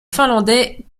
finlandais